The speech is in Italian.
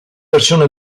versione